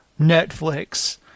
Netflix